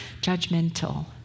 judgmental